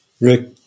Rick